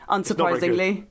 Unsurprisingly